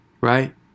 Right